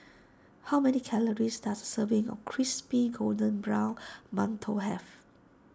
how many calories does a serving of Crispy Golden Brown Mantou have